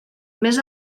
més